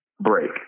break